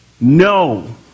No